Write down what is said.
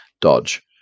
dodge